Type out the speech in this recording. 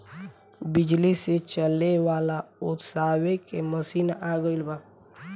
बिजली से चले वाला ओसावे के मशीन आ गइल बा